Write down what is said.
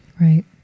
Right